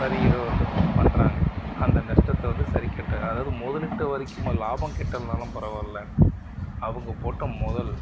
சரியீடோ வந்து பண்றாங்க அந்த நஷ்டத்தை வந்து சரி கட்ட அதாவது முதலிட்டை வரைக்குமா லாபம் கிட்டலைனாலும் பரவாயில்ல அவங்க போட்ட முதலு